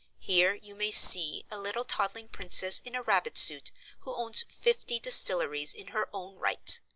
here you may see a little toddling princess in a rabbit suit who owns fifty distilleries in her own right.